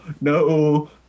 no